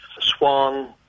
swan